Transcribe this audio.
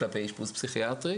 כלפי אשפוז פסיכיאטרי,